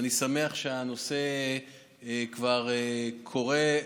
ואני שמח שהנושא כבר קורה.